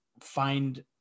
find